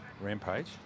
Rampage